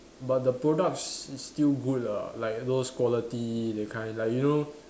but the products is still good lah like those quality that kind like you know